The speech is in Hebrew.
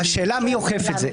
השאלה מי אוכף את זה.